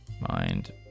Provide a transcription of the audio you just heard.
Mind